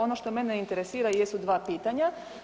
Ono što mene interesira jesu dva pitanja.